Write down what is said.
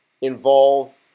involve